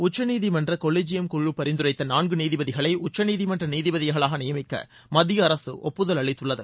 உச்சநீதிமன்ற கொலிஜியம் குழு பரிந்துரைத்த நான்கு நீதிபதிகளை உச்சநீதிமன்ற நீதிபதிகளாக நியமிக்க மத்திய அரசு ஒப்புதல் அளித்துள்ளது